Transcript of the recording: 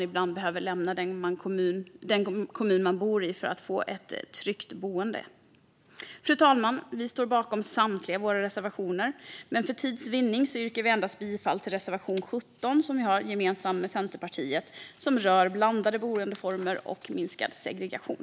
Ibland behöver man lämna den kommun som man bor i för att få ett tryggt boende. Fru talman! Vi står bakom samtliga våra reservationer, men för tids vinning yrkar vi bifall endast till reservation 17, som vi har tillsammans med Centerpartiet, som rör blandade boendeformer och minskad segregation.